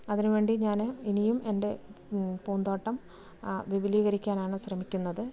അതിന് വേണ്ടി ഞാന് ഇനിയും എൻ്റെ പൂന്തോട്ടം വിപുലീകരിക്കാനാണ് ശ്രമിക്കുന്നത്